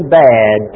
bad